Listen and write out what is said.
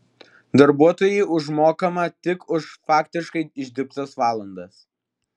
darbuotojui užmokama tik už faktiškai išdirbtas valandas